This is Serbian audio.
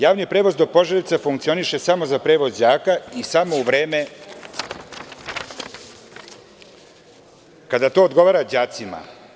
Javni prevoz do Požarevca funkcioniše samo za prevoz đaka i samo u vreme kada to odgovara đacima.